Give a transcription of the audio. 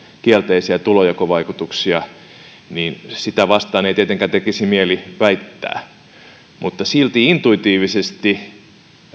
kielteisiä tulonjakovaikutuksia ja siinä mielessä sitä vastaan ei tietenkään tekisi mieli väittää silti intuitiivisesti